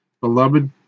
Beloved